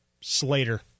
Slater